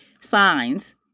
signs